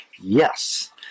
Yes